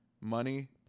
money